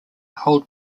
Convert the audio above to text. hold